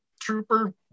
trooper